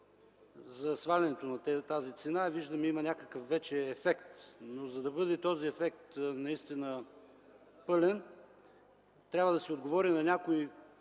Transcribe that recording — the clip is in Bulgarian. за свалянето на тази цена. Виждаме, че има вече някакъв ефект, но за да бъде този ефект наистина пълен, трябва да се отговори на някои